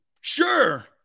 Sure